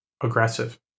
aggressive